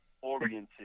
oriented